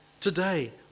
Today